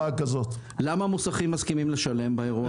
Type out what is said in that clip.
למה המוסכים מסכימים לשלם באירוע הזה?